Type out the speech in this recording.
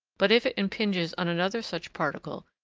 but if it impinges on another such particle,